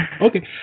Okay